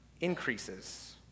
increases